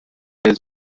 der